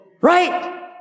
Right